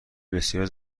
بسیاری